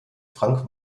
frank